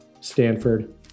Stanford